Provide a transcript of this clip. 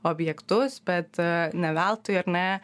objektus bet ee ne veltui ar ne